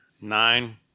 Nine